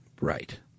Right